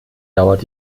dauert